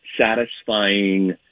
satisfying